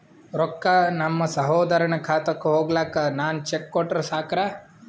ರೊಕ್ಕ ನಮ್ಮಸಹೋದರನ ಖಾತಕ್ಕ ಹೋಗ್ಲಾಕ್ಕ ನಾನು ಚೆಕ್ ಕೊಟ್ರ ಸಾಕ್ರ?